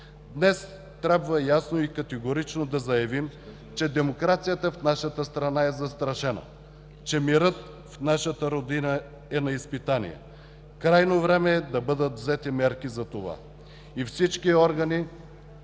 Днес трябва ясно и категорично да заявим, че демокрацията в нашата страна е застрашена, че мирът в нашата родина е на изпитание. Крайно време е да бъдат взети мерки за това. Всички органи